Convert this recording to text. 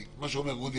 כי מה שאומר אודי,